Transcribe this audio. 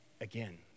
again